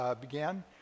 began